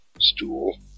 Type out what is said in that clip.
stool